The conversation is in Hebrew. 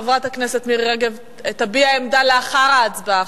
חברת הכנסת מירי רגב תביע עמדה לאחר ההצבעה.